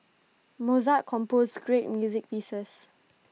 Mozart composed great music pieces